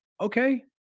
Okay